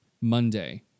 Monday